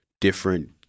different